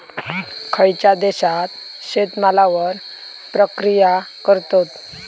खयच्या देशात शेतमालावर प्रक्रिया करतत?